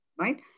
right